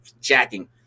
jacking